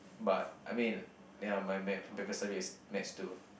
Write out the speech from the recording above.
but I mean ya my ma~ favourite subject is Maths too